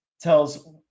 tells